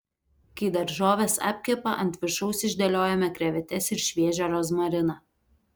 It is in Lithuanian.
kai daržovės apkepa ant viršaus išdėliojame krevetes ir šviežią rozmariną